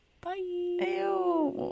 bye